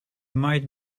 might